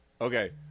Okay